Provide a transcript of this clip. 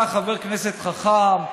אתה חבר כנסת חכם,